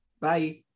Bye